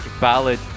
ballad